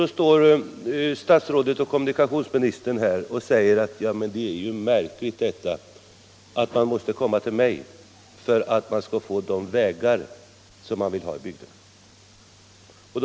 Då står statsrådet och chefen för kommunikationsdepartementet här och säger: Ja, men det är ju märkligt detta, att man måste komma till mig för att få de vägar som man vill ha i bygderna.